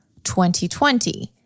2020